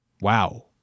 Wow